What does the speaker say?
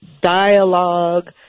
dialogue